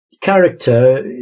character